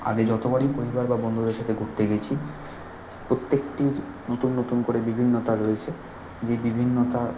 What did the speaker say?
আগে যতবারই পরিবার বা বন্ধুদের সাথে ঘুরতে গেছি প্রত্যেকটির নতুন নতুন করে বিভিন্নতা রয়েছে যেই বিভিন্নতা